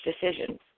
decisions